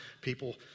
People